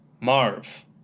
Marv